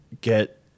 get